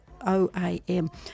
OAM